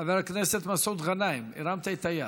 חבר הכנסת מסעוד גנאים, הרמת את היד.